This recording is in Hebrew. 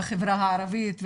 בחברה הערבית,